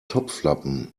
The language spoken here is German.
topflappen